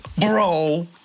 bro